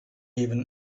even